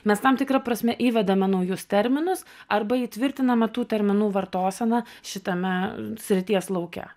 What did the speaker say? mes tam tikra prasme įvedame naujus terminus arba įtvirtiname tų terminų vartoseną šitame srities lauke